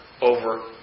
over